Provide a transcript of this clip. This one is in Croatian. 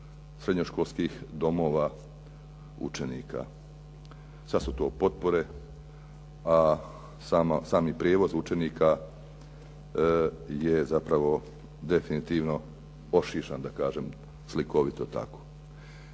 srednjoškolskih domova učenika. Sada su to potpore, a sami prijevoz učenika je zapravo definitivno ošišan da tako slikovito kažem.